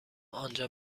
آنجا